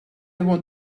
want